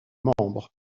membres